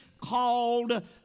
called